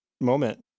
moment